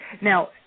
now